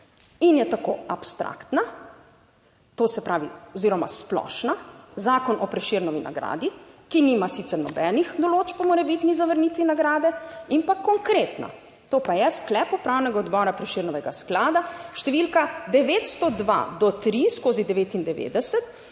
in je tako abstraktna, to se pravi, oziroma splošna, Zakon o Prešernovi nagradi, ki nima sicer nobenih določb o morebitni zavrnitvi nagrade in pa konkretna, to pa je sklep Upravnega odbora Prešernovega sklada, številka 902-3/99,